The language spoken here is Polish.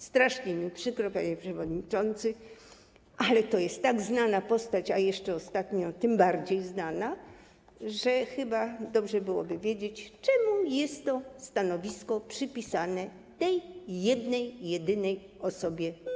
Strasznie mi przykro, panie przewodniczący, ale to jest tak znana postać, a jeszcze ostatnio tym bardziej znana, że chyba dobrze byłoby wiedzieć, czemu jest to stanowisko przypisane tej jednej, jedynej osobie na zawsze.